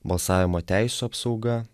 balsavimo teisių apsauga